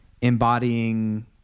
embodying